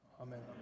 amen